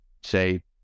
say